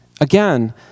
Again